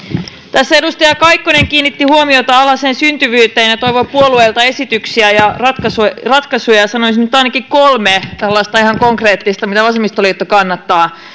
tässä edustaja kaikkonen kiinnitti huomiota alhaiseen syntyvyyteen ja ja toivoi puolueilta esityksiä ja ratkaisuja ratkaisuja ja sanoisin nyt ainakin kolme tällaista ihan konkreettista mitä vasemmistoliitto kannattaa